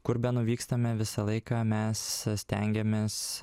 kur benuvykstame visą laiką mes stengiamės